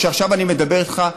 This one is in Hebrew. כשעכשיו אני מדבר איתך,